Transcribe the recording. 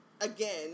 again